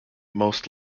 most